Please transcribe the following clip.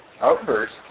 outburst